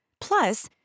Plus